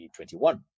2021